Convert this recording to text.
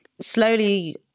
slowly